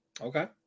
Okay